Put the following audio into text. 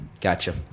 Gotcha